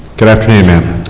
that afternoon.